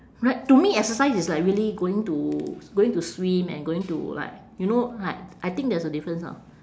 right to me exercise is like really going to going to swim and going to like you know like I think there's a difference orh